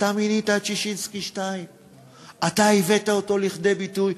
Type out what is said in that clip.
אתה מינית את ששינסקי 2. אתה הבאת אותו לכדי ביטוי.